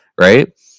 Right